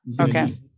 Okay